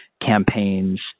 campaigns